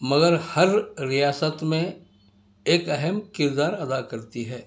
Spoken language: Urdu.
مگر ہر ریاست میں ایک اہم کردار ادا کرتی ہے